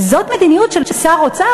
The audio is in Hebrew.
זאת מדיניות של שר אוצר?